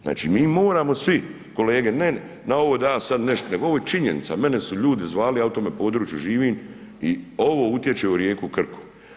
Znači, mi moramo svi kolege ne na ovo da ja sad nešto, nego ovo je činjenica, mene su ljudi zvali, ja u tome području živim i ovo utječe u rijeku Krku.